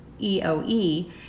EOE